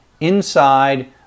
inside